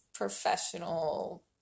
Professional